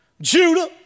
Judah